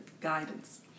guidance